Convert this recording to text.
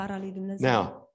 Now